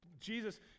Jesus